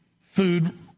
Food